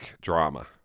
drama